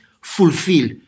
fulfill